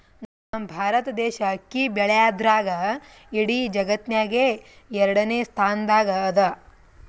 ನಮ್ ಭಾರತ್ ದೇಶ್ ಅಕ್ಕಿ ಬೆಳ್ಯಾದ್ರ್ದಾಗ್ ಇಡೀ ಜಗತ್ತ್ನಾಗೆ ಎರಡನೇ ಸ್ತಾನ್ದಾಗ್ ಅದಾ